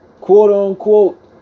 Quote-unquote